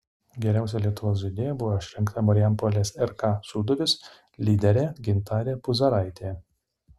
geriausia lietuvos žaidėja buvo išrinkta marijampolės rk sūduvis lyderė gintarė puzaraitė